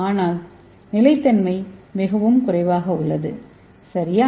ஆனால் நிலைத்தன்மை மிகவும் குறைவாக உள்ளது சரியா